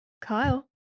Kyle